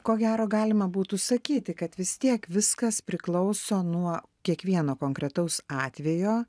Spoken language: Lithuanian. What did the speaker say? ko gero galima būtų sakyti kad vis tiek viskas priklauso nuo kiekvieno konkretaus atvejo